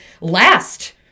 last